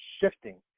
shifting